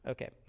Okay